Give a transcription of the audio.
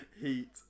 Heat